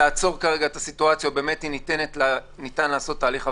לעצור כרגע את הסיטואציה או אם באמת ניתן לעשות תהליך הבראה.